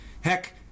Heck